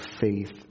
faith